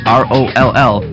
roll